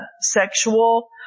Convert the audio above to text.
sexual